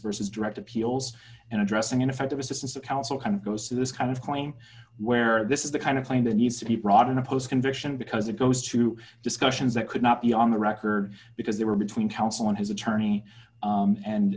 versus direct appeals and addressing ineffective assistance of counsel kind of goes to this kind of claim where this is the kind of claim that needs to be brought in a post conviction because it goes to discussions that could not be on the record because they were between counsel and his attorney